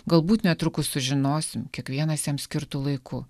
galbūt netrukus sužinosim kiekvienas jam skirtu laiku